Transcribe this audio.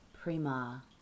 Prima